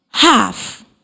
Half